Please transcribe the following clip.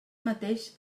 mateix